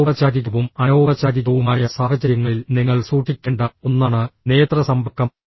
അനൌപചാരികവും അനൌപചാരികവുമായ സാഹചര്യങ്ങളിൽ നിങ്ങൾ സൂക്ഷിക്കേണ്ട ഒന്നാണ് നേത്ര സമ്പർക്കം